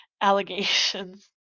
allegations